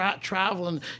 traveling